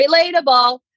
relatable